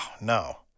no